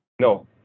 No